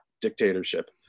dictatorship